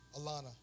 Alana